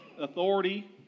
authority